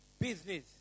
business